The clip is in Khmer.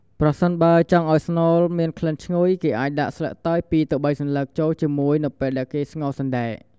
ប្រសិនបើចង់ឲ្យស្នូលមានក្លិនឈ្ងុយ គេអាចដាក់ស្លឹកតើយ ២-៣ សន្លឹកចូលជាមួយនៅពេលស្ងោរសណ្តែក។